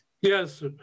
yes